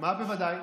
מה בוודאי?